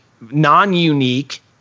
non-unique